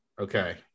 Okay